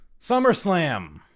SummerSlam